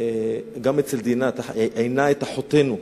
גם אצל דינה נאמר: "עינה את אחותנו".